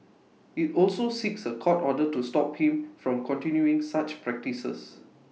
IT also seeks A court order to stop him from continuing such practices